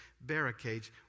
barricades